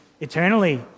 eternally